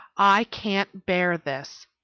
i can't bear this!